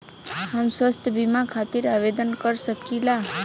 हम स्वास्थ्य बीमा खातिर आवेदन कर सकीला?